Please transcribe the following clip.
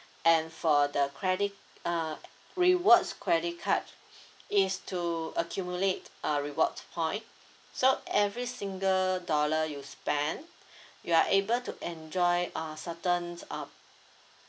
and for the credit uh rewards credit card is to accumulate uh rewards point so every single dollar you spend you are able to enjoy uh certain um